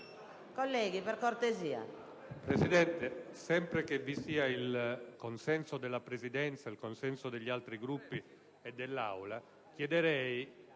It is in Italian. Colleghi, per cortesia.